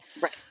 Right